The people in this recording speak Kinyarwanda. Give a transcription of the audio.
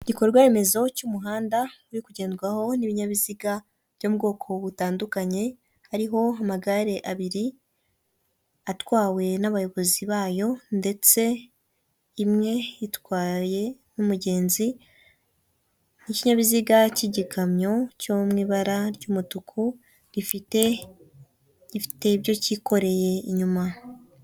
Igikorwa remezo cy'umuhanda uri kugenrwaho n'ibinyabiziga byo mu bwoko butandukanye, hariho amagare abiri atwawe n'abayobozi bayo ndetse imwe itwaye n'umugenzi n'ikinyabiziga cy'igikamyo cyo mu ibara ry'umutuku gifite ibyo cyikoreye inyuma.